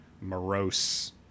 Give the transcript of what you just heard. morose